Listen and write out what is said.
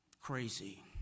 crazy